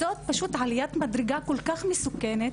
זאת עליית מדרגה כל כך מסוכנת,